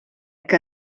que